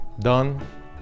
done